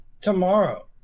tomorrow